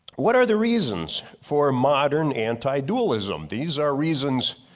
what are the reasons for modern anti-dualism? these are reasons